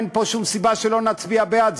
אין פה שום סיבה שלא נצביע בעד,